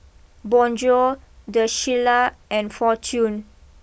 Bonjour the Shilla and Fortune